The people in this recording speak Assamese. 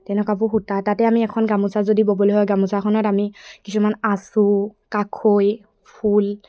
তেনেকুৱাবোৰ সূতা তাতে আমি এখন গামোচা যদি ব'বলৈ হয় গামোচাখনত আমি কিছুমান আঁচু কাষৈ ফুল